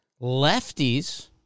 lefties